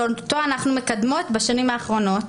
שאותו אנחנו מקדמות בשנים האחרונות,